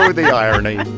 ah the irony